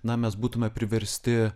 na mes būtume priversti